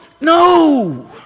No